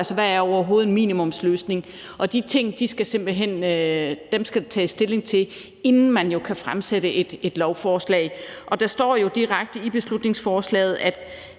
Altså, hvad er overhovedet en minimumsløsning? De ting skal der simpelt hen tages stilling til, inden man jo kan fremsætte et lovforslag. Og der står jo direkte i beslutningsforslaget, at